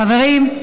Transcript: חברים.